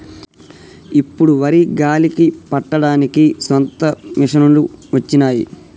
ఇప్పుడు వరి గాలికి పట్టడానికి సొంత మిషనులు వచ్చినాయి